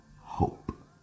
hope